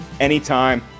anytime